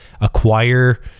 acquire